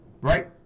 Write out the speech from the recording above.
Right